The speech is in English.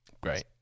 Great